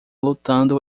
lutando